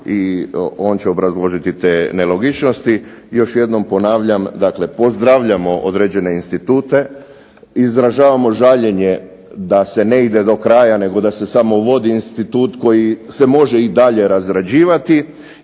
i on će obrazložiti te nelogičnosti. Još jednom ponavljam, dakle pozdravljamo određene institute i izražavamo žaljenje da se ne ide do kraja nego da se samo uvodi institut koji se može i dalje razrađivati.